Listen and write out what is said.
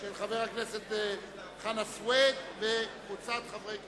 של חבר הכנסת חנא סוייד וקבוצת חברי הכנסת.